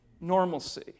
normalcy